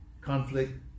conflict